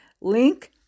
Link